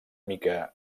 mica